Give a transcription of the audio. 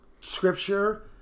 scripture